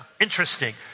Interesting